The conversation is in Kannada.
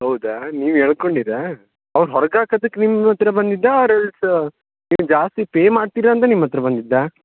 ಹೌದಾ ನೀವು ಎಳ್ಕೊಂಡಿರಾ ಅವ್ರು ಹೊರಗೆ ಹಾಕಿದಕ್ಕೆ ನಿಮ್ಮ ಹತ್ತಿರ ಬಂದಿದ್ದಾ ಆರ್ ಎಲ್ಸ್ ಏನು ಜಾಸ್ತಿ ಪೇ ಮಾಡ್ತೀರಿ ಅಂತ ನಿಮ್ಮ ಹತ್ರ ಬಂದಿದ್ದಾ